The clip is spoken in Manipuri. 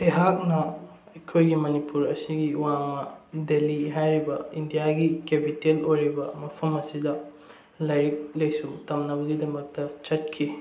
ꯑꯩꯍꯥꯛꯅ ꯑꯩꯈꯣꯏꯒꯤ ꯃꯅꯤꯄꯨꯔ ꯑꯁꯤꯒꯤ ꯋꯥ ꯗꯦꯜꯂꯤ ꯍꯥꯏꯔꯤꯕ ꯏꯟꯗꯤꯌꯥꯒꯤ ꯀꯦꯄꯤꯇꯦꯜ ꯑꯣꯏꯔꯤꯕ ꯃꯐꯝ ꯑꯁꯤꯗ ꯂꯥꯏꯔꯤꯛ ꯂꯥꯏꯁꯨ ꯇꯝꯅꯕꯒꯤꯗꯃꯛꯇ ꯆꯠꯈꯤ